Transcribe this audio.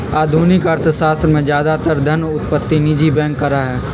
आधुनिक अर्थशास्त्र में ज्यादातर धन उत्पत्ति निजी बैंक करा हई